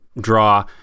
draw